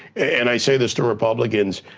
and i say this to republicans.